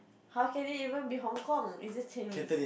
how can it even be Hong Kong it's just Chinese